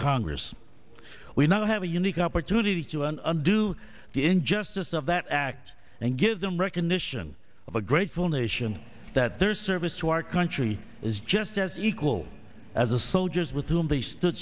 congress we now have a unique opportunity to an undo the injustice of that act and give them recognition of a grateful nation that their service to our country is just as equal as the soldiers with whom they stood